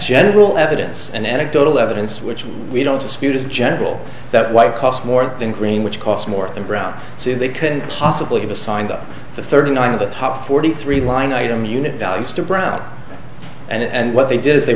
general evidence and anecdotal evidence which we don't dispute is in general that white cost more than green which cost more than brown so they couldn't possibly have a signed up for thirty nine of the top forty three line item unit values to brown and what they did